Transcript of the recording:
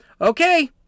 Okay